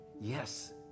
Yes